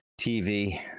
TV